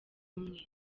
umwe